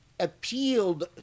appealed